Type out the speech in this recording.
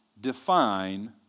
define